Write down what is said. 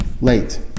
late